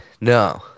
No